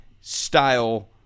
style